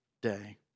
day